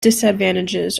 disadvantages